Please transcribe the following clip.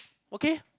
okay